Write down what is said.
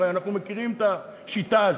הרי אנחנו מכירים את השיטה הזאת.